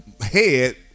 head